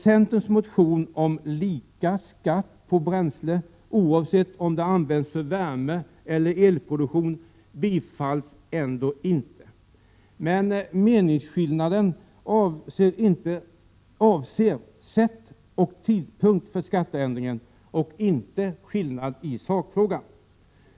Centerns motion om lika skatt på bränsle oavsett om det används för värmeeller elproduktion tillstyrks ändå inte, men meningskillnaden avser sätt och tidpunkt för skatteändringen och inte skillnad i sakfrågan.